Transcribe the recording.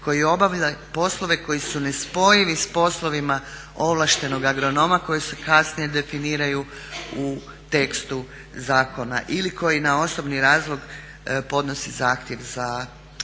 koji obavlja poslove koji su nespojivi s poslovima ovlaštenog agronoma koji su kasnije definiraju u tekstu zakona ili koji na osobni razlog podnose zahtjev za mirovanje